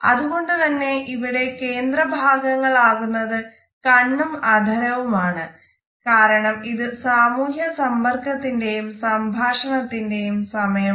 അതുകൊണ്ട് തന്നെ ഇവിടെ കേന്ദ്രഭാഗങ്ങൾ ആകുന്നത് കണ്ണും അധരവും ആണ് കാരണം ഇത് സാമൂഹ്യ സമ്പർക്കത്തിന്റെയും സംഭാഷണത്തിന്റെയും സമയമാണ്